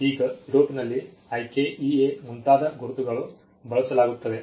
ಈಗ ಯುರೋಪಿನಲ್ಲಿ IKEA ಮುಂತಾದ ಗುರುತುಗಳನ್ನು ಬಳಸಲಾಗುತ್ತದೆ